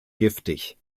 giftig